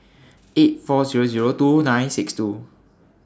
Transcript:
eight four Zero Zero two nine six two